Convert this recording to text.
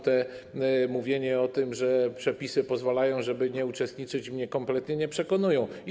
To mówienie o tym, że przepisy pozwalają, żeby w tym nie uczestniczyć, mnie kompletnie nie przekonuje.